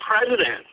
president